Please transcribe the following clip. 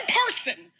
person